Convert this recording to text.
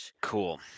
Cool